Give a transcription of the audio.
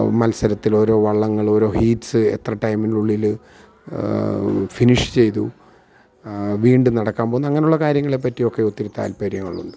മത്സരത്തിലോരോ വള്ളങ്ങള് ഓരോ ഹീറ്റ്സ് എത്ര ടൈമിനുള്ളില് ഫിനിഷ് ചെയ്തു വീണ്ടും നടക്കാൻ പോകുന്ന അങ്ങനുള്ള കാര്യങ്ങളെപ്പറ്റി ഒക്കെ ഒത്തിരി താല്പര്യങ്ങളുണ്ട്